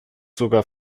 sogar